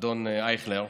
אדון אייכלר,